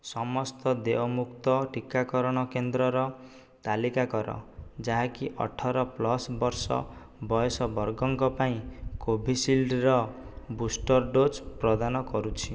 ସମସ୍ତ ଦେୟମୁକ୍ତ ଟୀକାକରଣ କେନ୍ଦ୍ରର ତାଲିକା କର ଯାହାକି ଅଠର ପ୍ଲସ୍ ବର୍ଷ ବୟସ ବର୍ଗଙ୍କ ପାଇଁ କୋଭିଶିଲ୍ଡ଼୍ର ବୁଷ୍ଟର୍ ଡୋଜ୍ ପ୍ରଦାନ କରୁଛି